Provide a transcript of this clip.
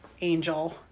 angel